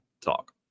talk